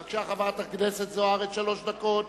בבקשה, חברת הכנסת זוארץ, שלוש דקות.